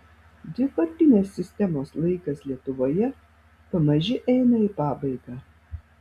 dvipartinės sistemos laikas lietuvoje pamaži eina į pabaigą